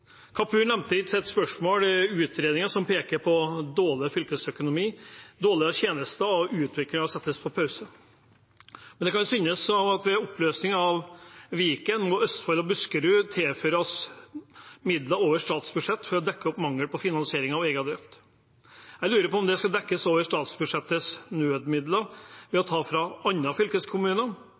Kapur nevnte i sitt spørsmål en utredning som peker på dårlig fylkesøkonomi, dårligere tjenester og at utvikling settes på pause. Det kan synes som at ved oppløsning av Viken må Østfold og Buskerud tilføres midler over statsbudsjettet for å dekke opp manglende finansiering av egen drift. Jeg lurer på om det skal dekkes over statsbudsjettets nødmidler ved å ta fra andre fylkeskommuner